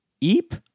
Eep